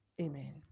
Amen